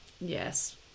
Yes